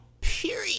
period